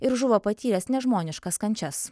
ir žuvo patyręs nežmoniškas kančias